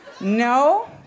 no